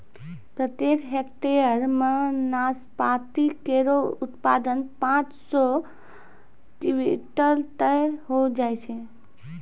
प्रत्येक हेक्टेयर म नाशपाती केरो उत्पादन पांच सौ क्विंटल तक होय जाय छै